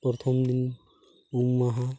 ᱯᱚᱨᱛᱷᱚᱢ ᱫᱤᱱ ᱩᱢ ᱢᱟᱦᱟ